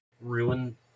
ruin